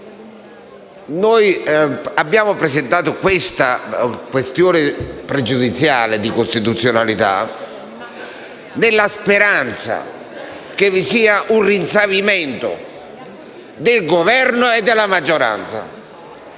abbiamo presentato la questione pregiudiziale di costituzionalità al nostro esame nella speranza che vi sia un rinsavimento del Governo e della maggioranza.